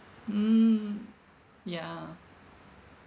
mm ya